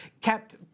kept